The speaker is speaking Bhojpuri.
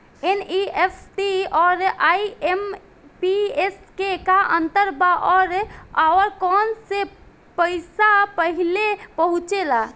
एन.ई.एफ.टी आउर आई.एम.पी.एस मे का अंतर बा और आउर कौना से पैसा पहिले पहुंचेला?